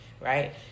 Right